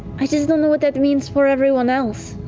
i just don't know what that means for everyone else,